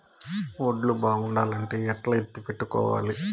వడ్లు బాగుండాలంటే ఎట్లా ఎత్తిపెట్టుకోవాలి?